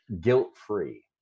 guilt-free